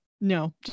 no